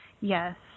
Yes